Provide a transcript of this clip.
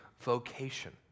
vocation